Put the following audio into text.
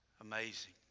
amazing